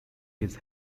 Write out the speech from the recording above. his